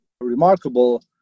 remarkable